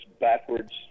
backwards